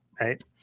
right